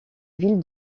ville